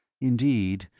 indeed,